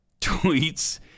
tweets